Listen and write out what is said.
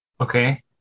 Okay